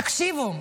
תקשיבו,